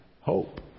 hope